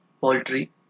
poultry